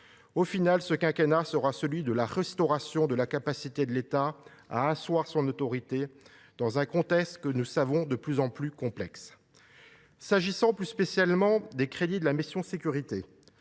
Au total, ce quinquennat sera celui de la restauration de la capacité de l’État à asseoir son autorité, dans un contexte que nous savons de plus en plus complexe. En ce qui concerne plus particulièrement les crédits de la mission « Sécurités